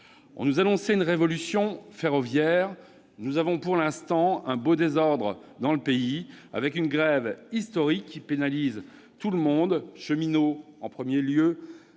on nous annonçait une révolution ferroviaire, nous avons pour l'instant un beau désordre dans le pays, avec une grève historique qui pénalise tout le monde- les cheminots en premier lieu,